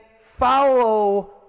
follow